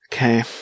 Okay